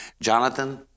Jonathan